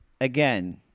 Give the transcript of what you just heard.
again